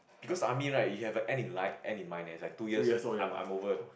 because army right you have a end in light end in mind eh it's like two years I'm I'm over